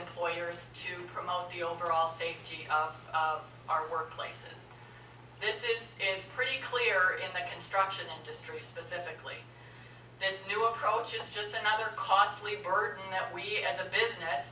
employers to promote the overall safety of our work places this is pretty clear in the construction industry specifically this new approach is just another costly burden that we as a business